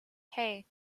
hey